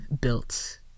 built